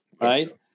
right